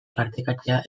parekatzea